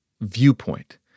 viewpoint